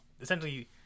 Essentially